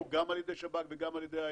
או גם על ידי שב"כ וגם על ידי האפידמיולוגיה,